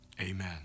Amen